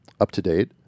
UpToDate